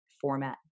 format